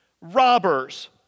robbers